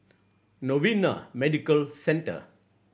Novena Medical Centre